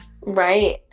right